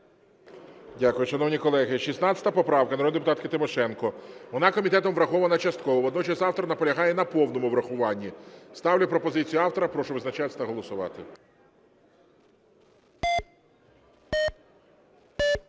Дякую. Шановні колеги, 16 поправка народної депутатки Тимошенко. Вона комітетом врахована частково, водночас автор наполягає на повному врахуванні. Ставлю пропозицію автора. Прошу визначатись та голосувати.